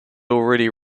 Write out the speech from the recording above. already